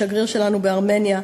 השגריר שלנו בארמניה,